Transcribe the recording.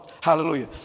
Hallelujah